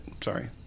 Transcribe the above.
Sorry